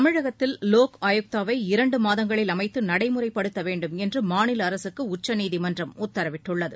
தமிழகத்தில் லோக் ஆயுக்தாவை இரண்டு மாதங்களில் அமைத்து நடைமுறைப்படுத்த வேண்டும் என்று மாநில அரசுக்கு உச்சநீதிமன்றம் உத்தரவிட்டுள்ளது